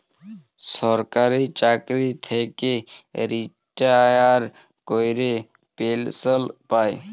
সরকারি চাকরি থ্যাইকে রিটায়ার ক্যইরে পেলসল পায়